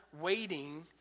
waiting